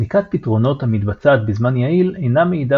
בדיקת פתרונות המתבצעת בזמן יעיל אינה מעידה